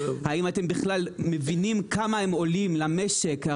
האם אתם בכלל מבינים כמה הם עולים למשק.